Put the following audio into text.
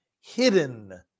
hidden